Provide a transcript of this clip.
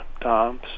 Tom